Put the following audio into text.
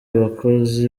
abakozi